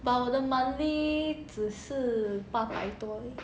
but 我的 monthly 只是八百多而已